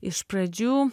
iš pradžių